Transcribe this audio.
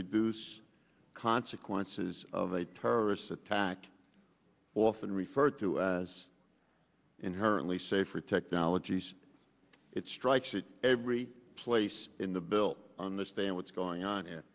reduce consequences of a terrorist attack often referred to as in her only safer technologies it strikes at every place in the bill understand what's going on